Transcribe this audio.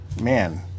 man